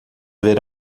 ver